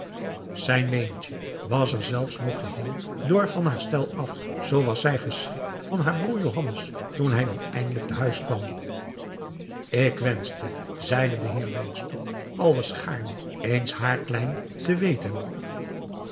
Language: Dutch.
leentje was er zelfs nog geheel door van haar stel af zoo was zij geschrikt van haar broêr johannes toen hij dan eindelijk te huis kwam ik wenschte zeide de heer adriaan loosjes pzn het leven van johannes wouter blommesteyn wynstok alles gaarne eens haarklein te weten